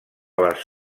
les